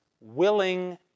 willing